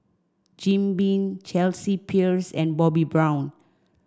Jim Beam Chelsea Peers and Bobbi Brown